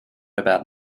about